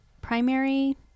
primary